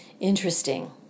Interesting